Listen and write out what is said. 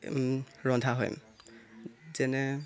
ৰন্ধা হয় যেনে